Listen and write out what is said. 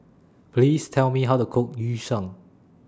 Please Tell Me How to Cook Yu Sheng